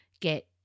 get